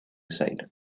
side